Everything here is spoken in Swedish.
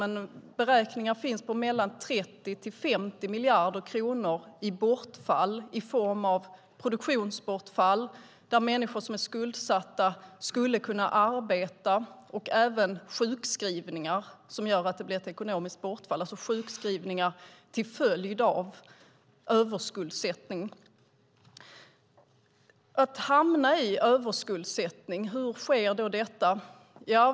Men det finns beräkningar på att det är mellan 30 och 50 miljarder kronor i form av produktionsbortfall. Människor som är skuldsatta skulle kunna arbeta. Det är även sjukskrivningar som gör att det blir ett ekonomiskt bortfall, alltså sjukskrivningar till följd av överskuldsättning. Hur hamnar man då i överskuldsättning?